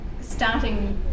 starting